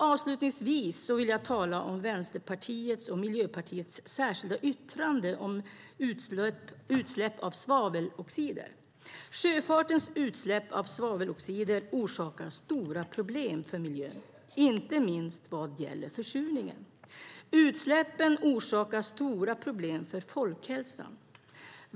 Avslutningsvis vill jag tala om Vänsterpartiets och Miljöpartiets särskilda yttrande om utsläpp av svaveloxider. Sjöfartens utsläpp av svaveloxider orsakar stora problem för miljön, inte minst vad gäller försurningen. Utsläppen orsakar stora problem för folkhälsan.